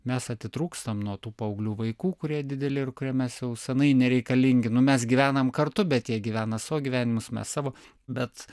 mes atitrūkstam nuo tų paauglių vaikų kurie dideli ir kuriem mes jau seniai nereikalingi nu mes gyvenam kartu bet jie gyvena savo gyvenimus mes savo bet